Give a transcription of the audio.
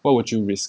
what would you risk